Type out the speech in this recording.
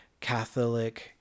Catholic